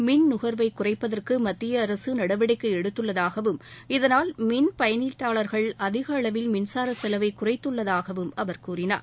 மின்நுகர்வை குறைப்பதற்கு மத்திய அரசு நடவடிக்கை எடுத்துள்ளதாகவும் இதனால் மின் பயனீட்டாளர்கள் அதிகளவில் மின்சார செலவை குறைத்துள்ளதாகவும் அவர் கூறினார்